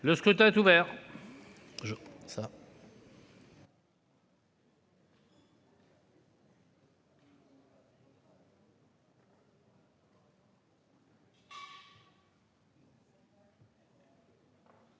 Le scrutin est ouvert.